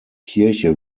kirche